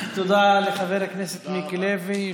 תודה לחבר הכנסת מיקי לוי.